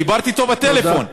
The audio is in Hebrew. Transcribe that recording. דיברתי אתו בטלפון,